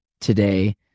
today